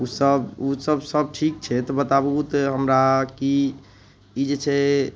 ओसब ओसब सब ठीक छै तऽ बताबू ओ तऽ हमरा कि ई जे छै